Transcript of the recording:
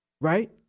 Right